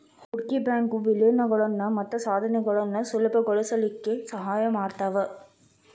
ಹೂಡ್ಕಿ ಬ್ಯಾಂಕು ವಿಲೇನಗಳನ್ನ ಮತ್ತ ಸ್ವಾಧೇನಗಳನ್ನ ಸುಲಭಗೊಳಸ್ಲಿಕ್ಕೆ ಸಹಾಯ ಮಾಡ್ತಾವ